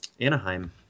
Anaheim